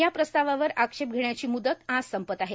या प्रस्तावावर आक्षेप घेण्याची मुदत आज संपत आहे